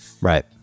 right